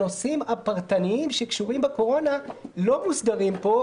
הנושאים הפרטניים שקשורים בקורונה לא מוסדרים פה,